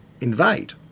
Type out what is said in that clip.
invade